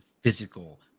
physical